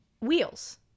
Wheels